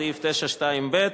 בסעיף 9(2)(ב),